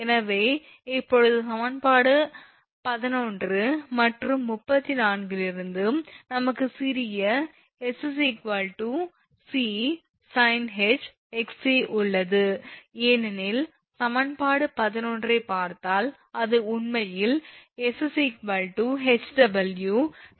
எனவே இப்போது சமன்பாடு 11 மற்றும் 34 இலிருந்து நமக்கு சிறிய 𝑠𝑐sinh𝑥𝑐 உள்ளது ஏனெனில் சமன்பாடு 11 ஐப் பார்த்தால் அது உண்மையில் 𝑠𝐻𝑊sinh𝑊𝑥𝐻 ஆகும்